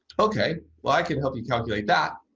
okay. well, i can help you calculate that.